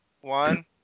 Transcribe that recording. One